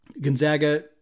Gonzaga